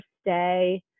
stay